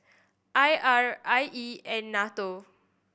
I R I E and NATO